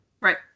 Right